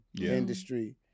industry